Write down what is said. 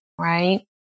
right